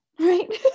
Right